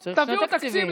כן, צריך שני תקציבים.